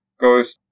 goes